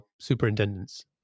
superintendents